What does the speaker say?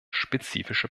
spezifische